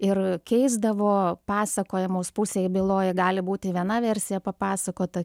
ir keisdavo pasakojamus pusėj byloj gali būti viena versija papasakota